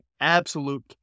absolute